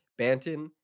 Banton